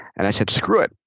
and i said, screw it.